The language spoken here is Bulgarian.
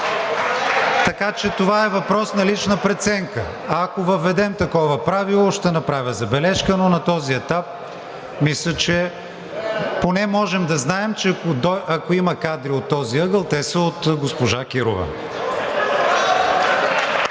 така че това е въпрос на лична преценка. (Ръкопляскания от ГЕРБ-СДС.) Ако въведем такова правило, ще направя забележка, но на този етап, мисля, че – поне можем да знаем, че ако има кадри от този ъгъл, те са от госпожа Кирова.